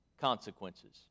consequences